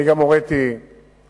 אני גם הוריתי לאבחן